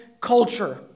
culture